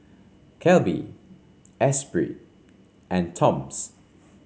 Calbee Esprit and Toms